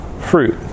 fruit